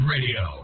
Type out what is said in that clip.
Radio